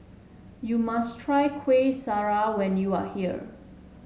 you must try Kuih Syara when you are here